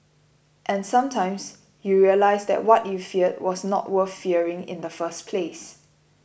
and sometimes you realise that what you feared was not worth fearing in the first place